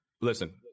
Listen